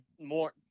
more